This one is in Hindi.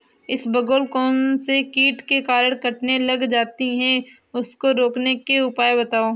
इसबगोल कौनसे कीट के कारण कटने लग जाती है उसको रोकने के उपाय बताओ?